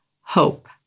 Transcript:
hope